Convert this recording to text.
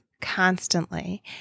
constantly